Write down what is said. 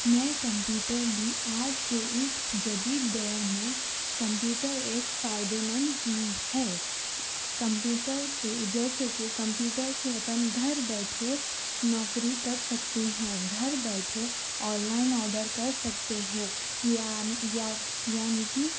میں کمپیوٹر لی آج کے اِس جدید دور میں کمپیوٹر ایک فائدے مند چیز ہے کپمیوٹر سے جیسے کہ کمپیوٹر سے اپن گھر بیٹھے نوکری کر سکتے ہیں گھر بیٹھے آن لائن آڈر کر سکتے ہیں یعنی یعنی کہ